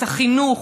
את החינוך,